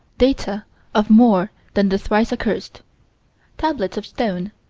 data of more than the thrice-accursed tablets of stone,